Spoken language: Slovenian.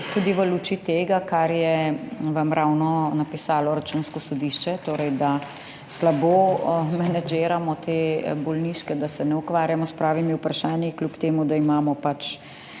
v luči tega, kar vam je ravno napisalo Računsko sodišče, torej da slabo menedžiramo te bolniške, da se ne ukvarjamo s pravimi vprašanji, kljub temu, da imamo